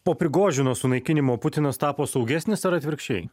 po prigožino sunaikinimo putinas tapo saugesnis ar atvirkščiai